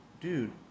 dude